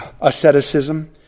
asceticism